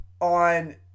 on